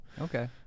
Okay